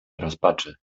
rozpaczy